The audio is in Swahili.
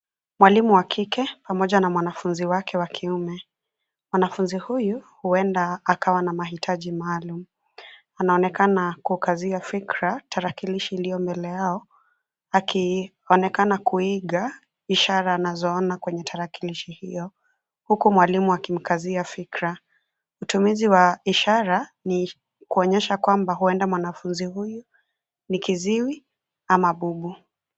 Mwalimu wa kike, pamoja na mwanafunzi wake wa kiume. Mwanafunzi huyu, huenda akawa na mahitaji maalum. Anaonekana kukazia fikra tarakilishi iliyio mbele yao, akionekana kuiga ishara anazoona kwenye tarakilishi hiyo, huku mwalimu akimkazia fikra. Utumizi wa ishara, ni kuonyesha kwamba, huenda mwanafunzi huyu, ni kiziwi ama bubu.